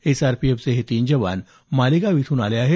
एसआरपीएफचे हे तीन जवान मालेगाव इथून आले आहेत